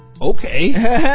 Okay